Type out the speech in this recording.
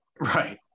Right